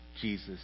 Jesus